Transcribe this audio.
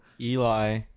Eli